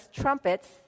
trumpets